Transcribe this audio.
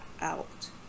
out